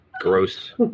Gross